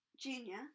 Junior